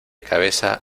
cabeza